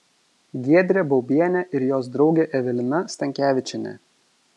giedrė baubienė ir jos draugė evelina stankevičienė